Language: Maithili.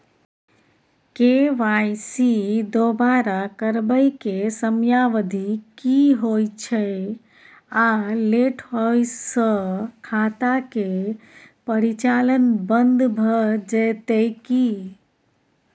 के.वाई.सी दोबारा करबै के समयावधि की होय छै आ लेट होय स खाता के परिचालन बन्द भ जेतै की?